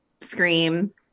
scream